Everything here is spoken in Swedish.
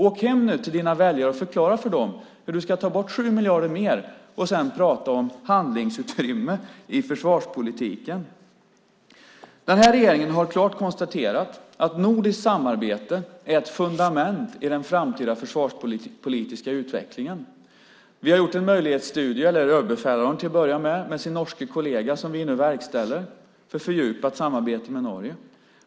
Åk hem till dina väljare och förklara för dem hur du ska ta bort 7 miljarder mer och sedan prata om handlingsutrymme i försvarspolitiken! Regeringen har klart konstaterat att nordiskt samarbete är ett fundament i den framtida försvarspolitiska utvecklingen. Överbefälhavaren har gjort en möjlighetsstudie med sin norske kollega som vi nu verkställer för fördjupat samarbete med Norge.